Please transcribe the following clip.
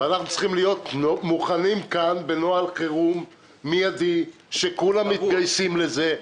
אנחנו צריכים להיות מוכנים בנוהל חירום מידי כשכולם מתגייסים לזה,